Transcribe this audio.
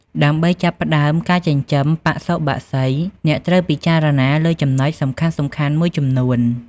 ដើម្បីចាប់ផ្ដើមការចិញ្ចឹមបសុបក្សី អ្នកត្រូវពិចារណាលើចំណុចសំខាន់ៗមួយចំនួន។